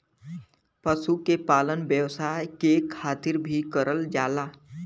पशु के पालन व्यवसाय के खातिर भी करल जाला